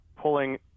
pulling